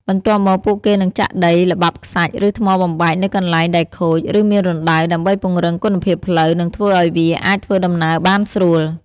បន្ទាប់មក ពួកគេនឹងចាក់ដី ល្បាប់ខ្សាច់ ឬថ្មបំបែកនៅកន្លែងដែលខូច ឬមានរណ្តៅ ដើម្បីពង្រឹងគុណភាពផ្លូវ និងធ្វើឱ្យវាអាចធ្វើដំណើរបានស្រួល។